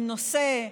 עם נושא,